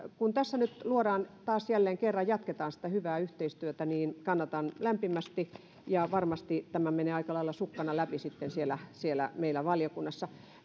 kun tässä nyt taas jälleen kerran jatketaan sitä hyvää yhteistyötä niin kannatan tätä lämpimästi varmasti tämä menee aika lailla sukkana läpi sitten meillä valiokunnassa